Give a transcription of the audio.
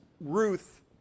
Ruth